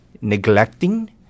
neglecting